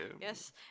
Yes